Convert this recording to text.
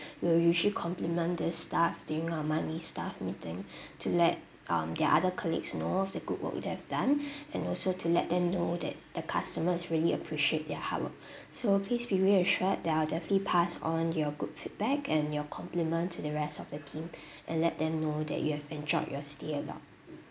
we'll usually compliment this staff during our monthly staff meeting to let um the other colleagues know of the good work they have done and also to let them know that the customers really appreciate their hard work so please be reassured that I'll definitely pass on your good feedback and your compliment to the rest of the team and let them know that you have enjoyed your stay a lot